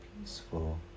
peaceful